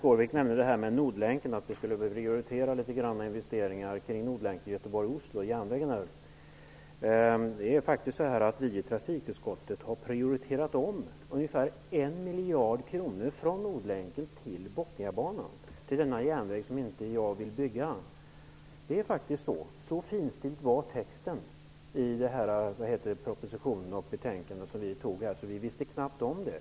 Fru talman! Kenth Skårvik nämnde prioritering av investeringar av Nordlänken, dvs. järnvägen från Göteborg till Oslo. Vi i trafikutskottet har prioriterat om ungefär 1 miljard kronor från Nordlänken till Bothniabanan, en järnväg som jag inte vill skall byggas. Texten i propositionen och betänkandet som vi antog var så finstilt att vi knappt visste om det.